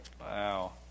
Wow